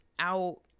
out